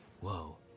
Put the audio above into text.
Whoa